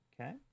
Okay